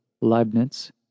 Leibniz